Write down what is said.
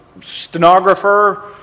stenographer